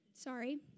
Sorry